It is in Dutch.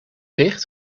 dicht